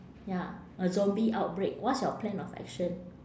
ya a zombie outbreak what's your plan of action